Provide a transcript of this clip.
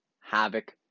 havoc